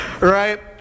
Right